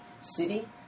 city